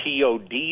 TOD